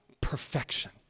perfection